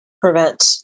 prevent